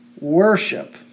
worship